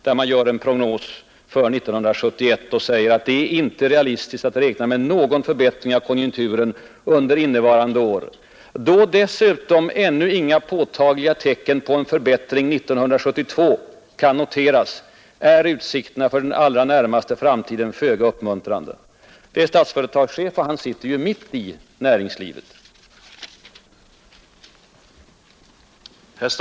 Där görs en prognos för 1971 och där sägs att det ”inte är realistiskt att räkna med någon förbättring av konjunkturen under innevarande år”. ”Då dessutom ännu inga påtagliga tecken på en förbättring 1972 kan noteras, är utsikterna för den allra närmaste framtiden föga uppmuntrande.” Det är Statsföretags chef som konstaterar detta. Och han sitter ju mitt i det ekonomiska skeendet.